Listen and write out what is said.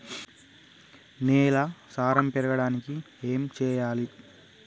నేల సారం పెరగడానికి ఏం చేయాలి?